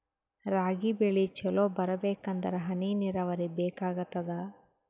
ರಾಗಿ ಬೆಳಿ ಚಲೋ ಬರಬೇಕಂದರ ಹನಿ ನೀರಾವರಿ ಬೇಕಾಗತದ?